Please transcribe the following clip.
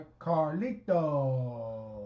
Carlito